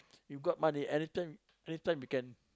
you got money anytime anytime you can